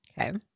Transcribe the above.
Okay